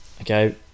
okay